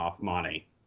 money